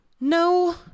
No